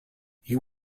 you